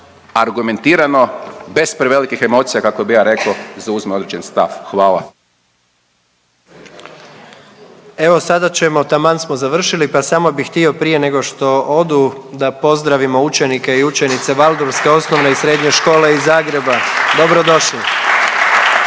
argumentirano, bez prevelikih emocija kako bi ja rekao zauzme određen stav. Hvala. **Jandroković, Gordan (HDZ)** Evo sada ćemo taman smo završili pa samo bih htio prije nego što odu da pozdravimo učenike i učenice Waldorfske osnovne i srednje škole iz Zagreba. Dobro došli.